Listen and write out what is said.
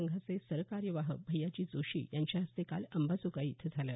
संघाचे सरकार्यवाह भैयाजी जोशी यांच्या हस्ते काल अंबाजोगाई इथं झालं